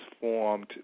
formed